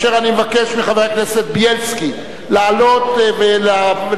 ואני מבקש מחבר הכנסת זאב בילסקי לעלות ולהביא